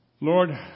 Lord